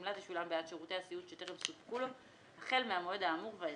הגמלה תשולם בעד שירותי הסיעוד שטרם סופקו לו החל מהמועד האמור ואילך".